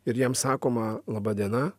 ir jam sakoma laba diena